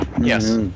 Yes